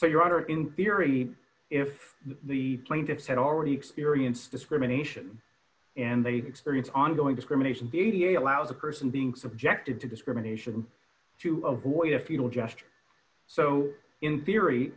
so your honor in theory if the plaintiffs had already experienced discrimination and they experience ongoing discrimination the eighty eight allows the person being subjected to discrimination to avoid a futile gesture so in theory